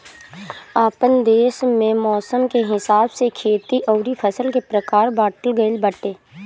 आपन देस में मौसम के हिसाब से खेती अउरी फसल के प्रकार बाँटल गइल बाटे